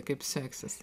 kaip seksis